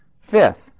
Fifth